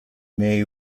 may